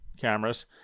cameras